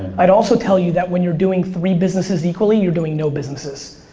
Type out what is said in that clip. i'd also tell you that when you're doing three businesses equally you're doing no businesses.